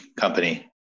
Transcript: company